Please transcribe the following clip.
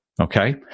okay